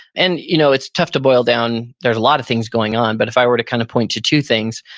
and you know it's tough to boil down. there's a lot of things going on, but if i were to kind of point to two things,